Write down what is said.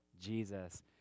Jesus